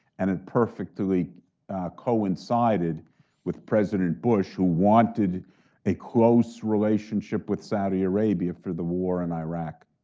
and it perfectly coincided with president bush who wanted a close relationship with saudi arabia for the war in iraq.